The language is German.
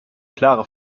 klare